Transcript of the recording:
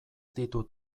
ditut